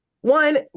one